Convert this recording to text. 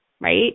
right